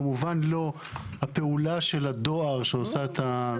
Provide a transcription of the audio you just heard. זה כמובן לא הפעולה של הדואר שעושה את המשלוח.